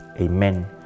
Amen